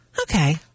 Okay